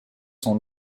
sont